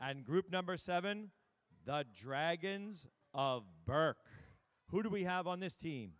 and group number seven the dragons of burke who do we have on this team